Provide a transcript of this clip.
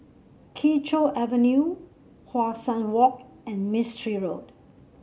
Kee Choe Avenue How Sun Walk and Mistri Road